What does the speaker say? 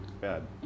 bad